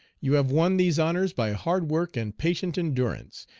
you have won these honors by hard work and patient endurance,